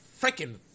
freaking